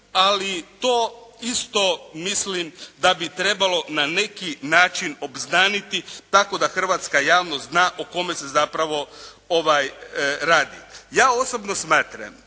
ali to isto mislim da bi trebalo na neki način obznaniti tako da hrvatska javnost zna o kome se zapravo radi. Ja osobno smatram